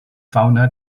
fauna